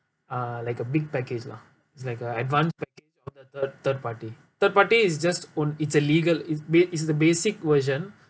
uh like a big package lah it's like a advanced package on the third third party third party is it's just own it's a legal is ba~ is the basic version